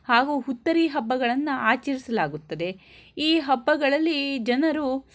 ಹಾಗೂ ಹುತ್ತರಿ ಹಬ್ಬಗಳನ್ನು ಆಚರಿಸಲಾಗುತ್ತದೆ ಈ ಹಬ್ಬಗಳಲ್ಲಿ ಜನರು